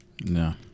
No